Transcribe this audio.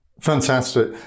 Fantastic